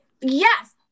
Yes